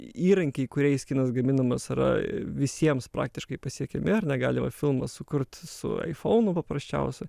įrankiai kuriais kinas gaminamas yra visiems praktiškai pasiekiami ar ne galima filmą sukurt su aifounu paprasčiausiu